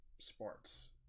sports